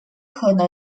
可能